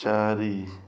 ଚାରି